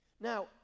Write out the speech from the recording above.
Now